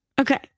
Okay